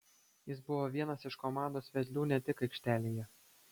jis buvo vienas iš komandos vedlių ne tik aikštelėje